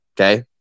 okay